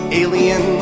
alien